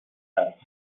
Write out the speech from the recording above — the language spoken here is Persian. است